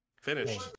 finished